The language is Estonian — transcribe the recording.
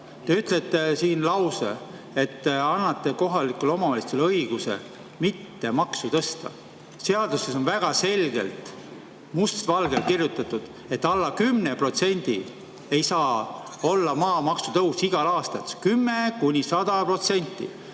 Te ütlesite siin lause, et annate kohalikele omavalitsustele õiguse mitte maksu tõsta. Seaduses on väga selgelt, must valgel kirjutatud, et alla 10% ei saa olla maamaksu tõus igal aastal. 10–100%!